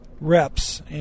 reps